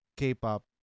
k-pop